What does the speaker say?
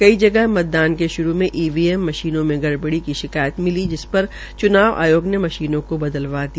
कई जगह मतदान के शुरू में ईवीएम मशीनों में गड़बड़ी की शिकायत मिली जिस पर चूनाव आयोग ने मशीनों को बदलवा दिया